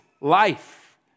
life